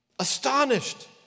Astonished